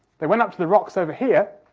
they went up to the rocks over here,